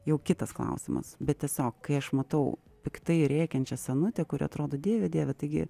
jau kitas klausimas bet tiesiog kai aš matau piktai rėkiančią senutę kuri atrodo dieve dieve taigi